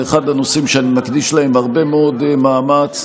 זה אחד הנושאים שאני מקדיש להם הרבה מאוד מאמץ.